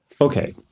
Okay